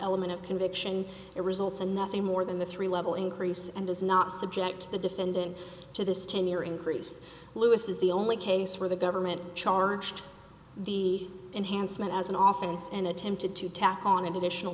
element of conviction it results in nothing more than the three level increase and is not subject to the defendant to this ten year increase lewis is the only case where the government charged the enhancement as an office and attempted to tack on an additional